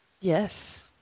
Yes